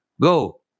Go